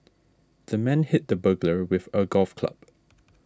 the man hit the burglar with a golf club